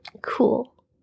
cool